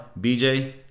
bj